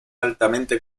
altamente